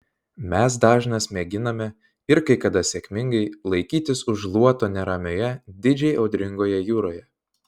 mes dažnas mėginame ir kai kada sėkmingai laikytis už luoto neramioje didžiai audringoje jūroje